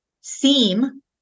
seem